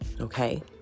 okay